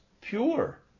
pure